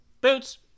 Boots